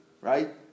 right